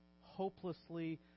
hopelessly